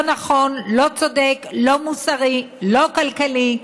לא נכון, לא צודק, לא מוסרי, לא כלכלי,